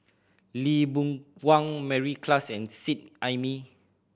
Lee Boon Wang Mary Klass and Seet Ai Mee